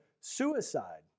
suicide